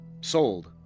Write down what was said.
Sold